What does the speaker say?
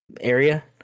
area